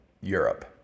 Europe